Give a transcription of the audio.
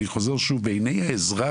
אני חוזר ואומר: בעיני האזרח,